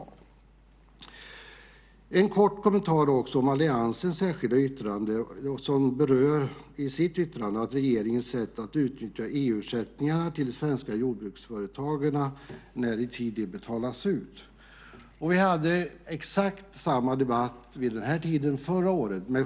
Jag vill också ge en kort kommentar till alliansens särskilda yttrande där man berör regeringens sätt att utnyttja EU-ersättningarna till svenska jordbruksföretagare och när i tid dessa betalas ut. Vi hade exakt samma debatt vid den här tiden förra året.